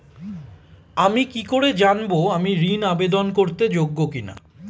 আমি কি করে জানব আমি ঋন আবেদন করতে যোগ্য কি না?